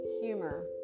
humor